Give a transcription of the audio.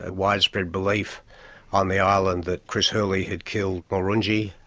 widespread belief on the island that chris hurley had killed mulrunji,